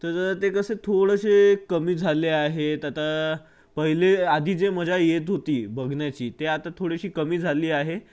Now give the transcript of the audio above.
तर ते कसे थोडेसे कमी झाले आहेत आता पाहिले आधी जे मजा येत होती बघण्याची ते आता थोडीशी कमी झाली आहे